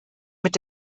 mit